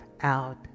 out